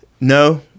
No